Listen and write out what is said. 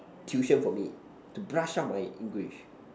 tuition for me to brush up my English